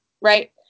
right